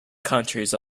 counties